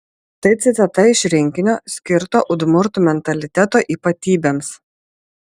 tai citata iš rinkinio skirto udmurtų mentaliteto ypatybėms